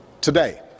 Today